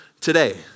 today